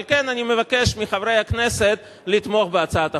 על כן, אני מבקש מחברי הכנסת לתמוך בהצעת החוק.